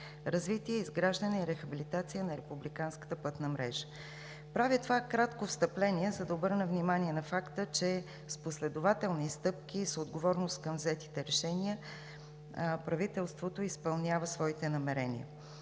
„Развитие, изграждане и рехабилитация на републиканската пътна мрежа“. Правя това кратко встъпление, за да обърна внимание на факта, че с последователни стъпки и с отговорност към взетите решения правителството изпълнява своите намерения.